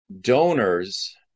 donors